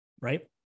right